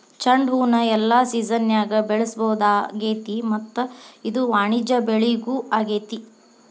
ಚಂಡುಹೂನ ಎಲ್ಲಾ ಸಿಜನ್ಯಾಗು ಬೆಳಿಸಬಹುದಾಗೇತಿ ಮತ್ತ ಇದು ವಾಣಿಜ್ಯ ಬೆಳಿನೂ ಆಗೇತಿ